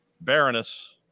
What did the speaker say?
Baroness